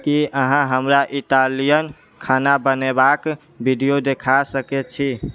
की अहाँ हमरा इटालियन खाना बनेबाक वीडियो देखा सकैत छी